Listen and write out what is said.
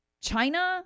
China